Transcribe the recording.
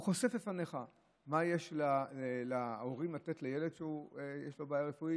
הוא חושף בפניך מה יש להורים לתת לילד שיש לו בעיה רפואית,